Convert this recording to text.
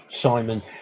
Simon